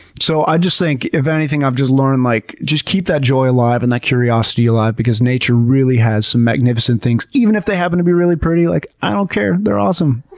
so i just think if anything, i've just learned, like just keep that joy alive and that curiosity alive because nature really has some magnificent things. even if they happen to be really pretty. like i i don't care! they're awesome!